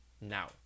Now